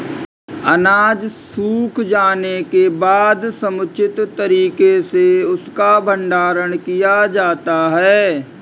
अनाज सूख जाने के बाद समुचित तरीके से उसका भंडारण किया जाता है